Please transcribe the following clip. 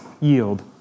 yield